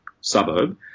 suburb